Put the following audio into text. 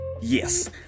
yes